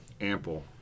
ample